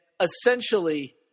essentially